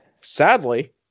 sadly